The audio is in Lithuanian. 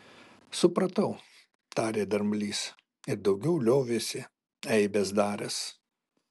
supratau tarė dramblys ir daugiau liovėsi eibes daręs